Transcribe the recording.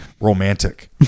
romantic